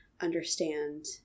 understand